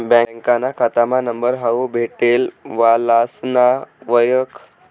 बँकाना खातामा नंबर हावू भेटले वालासना वयख